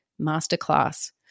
masterclass